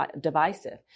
divisive